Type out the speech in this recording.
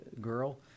girl